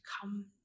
come